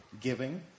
giving